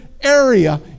area